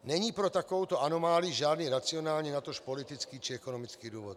Není pro takovouto anomálii žádný racionální, natož politický či ekonomický důvod.